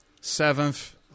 Seventh